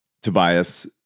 Tobias